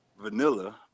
vanilla